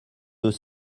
deux